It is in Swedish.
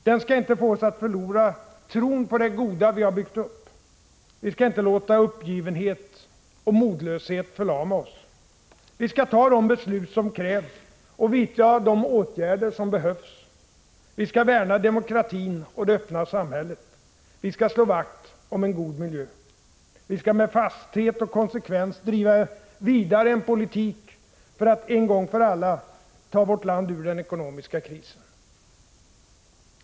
Den skall inte få oss att förlora tron på det goda vi har byggt upp. Vi skall inte låta uppgivenhet och modlöshet förlama oss. Vi skall fatta de beslut som krävs och vidta de åtgärder som behövs. Vi skall värna demokratin och det öppna samhället. Vi skall slå vakt om en god miljö. Vi skall med fasthet och konsekvens driva vidare en politik för att en gång för alla ta vårt land ur den ekonomiska krisen.